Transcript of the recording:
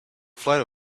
flight